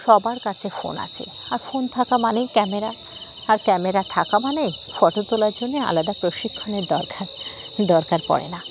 সবার কাছে ফোন আছে আর ফোন থাকা মানেই ক্যামেরা আর ক্যামেরা থাকা মানেই ফটো তোলার জন্যে আলাদা প্রশিক্ষণের দরকার দরকার পড়ে না